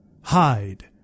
Hide